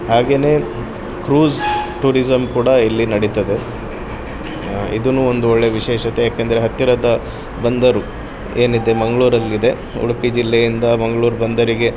ಹಾಗೆಯೇ cruise tourism ಕೂಡ ಇಲ್ಲಿ ನಡೀತದೆ ಇದೂ ಒಂದು ಒಳ್ಳೆ ವಿಶೇಷತೆ ಏಕೆಂದರೆ ಹತ್ತಿರದ ಬಂದರು ಏನಿದೆ ಮಂಗಳೂರಲ್ಲಿದೆ ಉಡುಪಿ ಜಿಲ್ಲೆಯಿಂದ ಮಂಗ್ಳೂರು ಬಂದರಿಗೆ